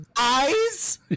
eyes